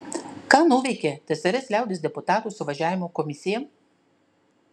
ką nuveikė tsrs liaudies deputatų suvažiavimo komisija